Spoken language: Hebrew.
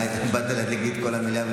באת להדליק לי את כל המליאה?